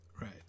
Right